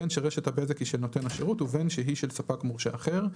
בין שרשת הבזק היא של נותן השירות ובין שהיא של ספק מורשה אחר,